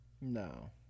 No